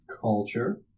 culture